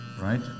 right